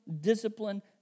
discipline